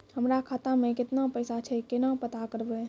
हमरा खाता मे केतना पैसा छै, केना पता करबै?